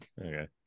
Okay